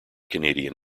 canadian